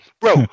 bro